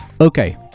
Okay